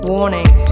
Warning